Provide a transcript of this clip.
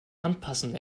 anpassen